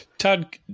Todd